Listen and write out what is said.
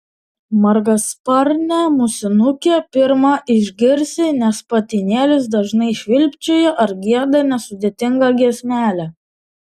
margasparnę musinukę pirma išgirsi nes patinėlis dažnai švilpčioja ar gieda nesudėtingą giesmelę